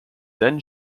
then